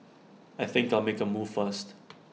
I think I'll make A move first